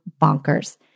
bonkers